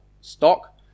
stock